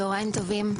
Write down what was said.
צוהריים טובים.